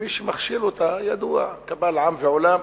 ומי שמכשיל אותה, ידוע, קבל עם ועולם,